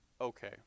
okay